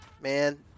man